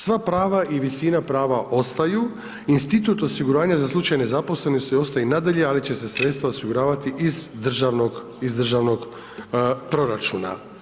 Sva prava i visina prava ostaju, institut osiguranja za slučaj nezaposlenosti ostaje i nadalje ali će se sredstva osiguravati iz državnog proračuna.